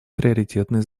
приоритетной